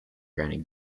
granny